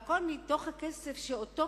והכול מתוך הכסף שאותו,